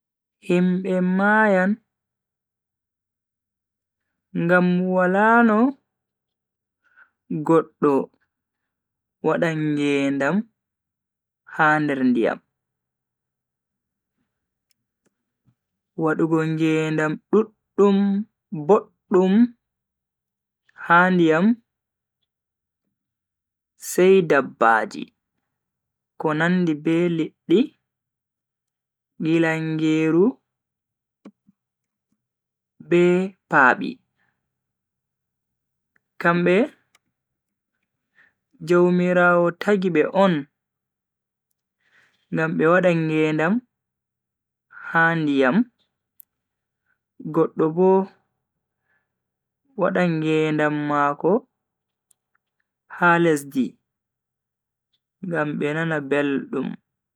Himbe mayan, ngam wala no goddo wada ngeedam ha nder ndiyam. Wadugo ngedam duddum boddum ha ndiyam sai dabbaji ko nandi be liddi, ngilangeru be, paabi. kambe jaumiraawo tagi be on ngam be wada ngedam ha ndiyam, goddo Bo wada ngedam mako ha lesdi ngam be nana beldum